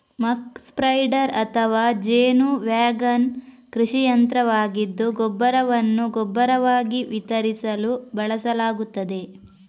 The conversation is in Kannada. ಮಕ್ ಸ್ಪ್ರೆಡರ್ ಅಥವಾ ಜೇನು ವ್ಯಾಗನ್ ಕೃಷಿ ಯಂತ್ರವಾಗಿದ್ದು ಗೊಬ್ಬರವನ್ನು ಗೊಬ್ಬರವಾಗಿ ವಿತರಿಸಲು ಬಳಸಲಾಗುತ್ತದೆ